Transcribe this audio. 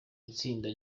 itsinda